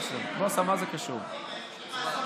ממשלה אכזרית.